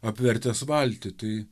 apvertęs valtį tai